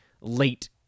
late